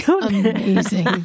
amazing